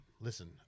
listen